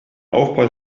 aufprall